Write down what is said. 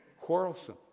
quarrelsome